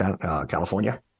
California